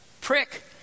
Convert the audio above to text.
prick